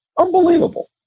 Unbelievable